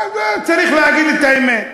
צריך להגיד את האמת.